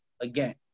again